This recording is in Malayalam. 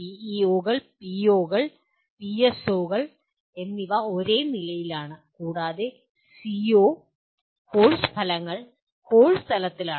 പിഇഒ കൾ പിഒ കൾ പിഎസ്ഒ കൾ എന്നിവ ഒരേ നിലയിലാണ് കൂടാതെ സിഒ കോഴ്സ് ഫലങ്ങൾ കോഴ്സ് തലത്തിലാണ്